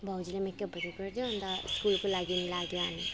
भाउजूले मेकअपहरू गरिदियो अन्त स्कुलको लागि लाग्यौँ हामी